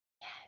Yes